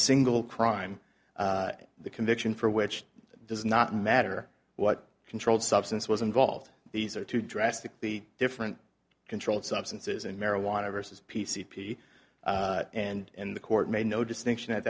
single crime the conviction for which does not matter what controlled substance was involved these are two drastically different controlled substances in marijuana versus p c p and the court made no distinction at